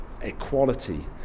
equality